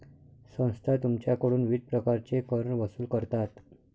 संस्था तुमच्याकडून विविध प्रकारचे कर वसूल करतात